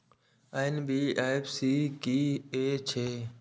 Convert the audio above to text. NBFC की हे छे?